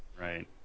right